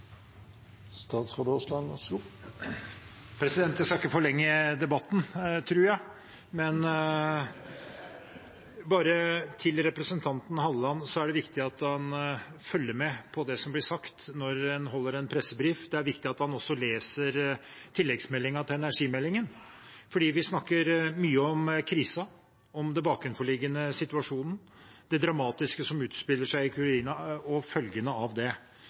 skal ikke forlenge debatten – tror jeg. Men bare til representanten Halleland: Det er viktig at han følger med på det som blir sagt når en holder en pressebrief. Det er også viktig at han leser tilleggsmeldingen til energimeldingen. Vi snakker mye om krisen og om den bakenforliggende situasjonen, det dramatiske som utspiller seg i Ukraina og følgene av det.